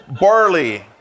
Barley